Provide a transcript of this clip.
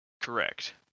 correct